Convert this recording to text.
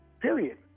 Period